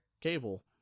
Cable